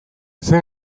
zer